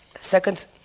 Second